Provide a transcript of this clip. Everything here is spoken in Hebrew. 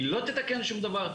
היא לא תתקן שום דבר.